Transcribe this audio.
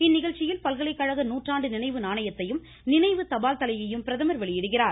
இந்நிகழ்ச்சியில் பல்கலைக்கழக நூற்றாண்டு நினைவு நாணயத்தையும் நினைவு தபால் தலையையும் பிரதமர் வெளியிடுகிறார்